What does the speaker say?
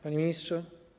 Panie Ministrze!